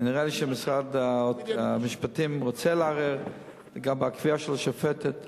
נראה לי שמשרד המשפטים רוצה לערער לגבי הקביעה של השופטת,